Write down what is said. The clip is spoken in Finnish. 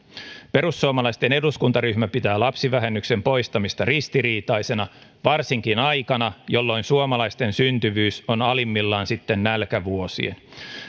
perussuomalaisten eduskuntaryhmä pitää lapsivähennyksen poistamista ristiriitaisena varsinkin aikana jolloin suomalaisten syntyvyys on alimmillaan sitten nälkävuosien